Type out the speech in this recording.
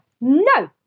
No